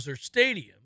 Stadium